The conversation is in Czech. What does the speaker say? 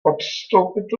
odstoupit